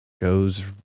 goes